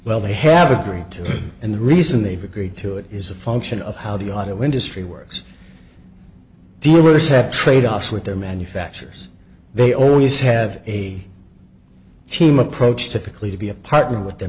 well they have agreed to and the reason they've agreed to it is a function of how the auto industry works dealers have a day off with their manufacturers they always have aids team approach typically to be a partner with their